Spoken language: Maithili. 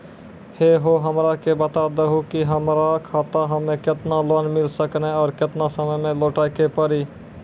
है हो हमरा के बता दहु की हमार खाता हम्मे केतना लोन मिल सकने और केतना समय मैं लौटाए के पड़ी?